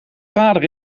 vader